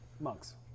monks